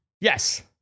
yes